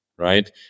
Right